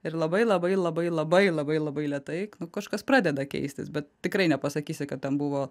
ir labai labai labai labai labai labai lėtai kažkas pradeda keistis bet tikrai nepasakysi kad ten buvo